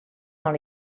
dans